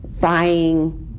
buying